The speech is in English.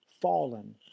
fallen